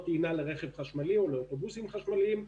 טעינה לרכב חשמלי או לאוטובוסים חשמליים.